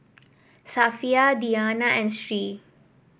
Safiya Diyana and Sri